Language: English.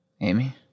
Amy